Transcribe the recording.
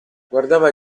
guardava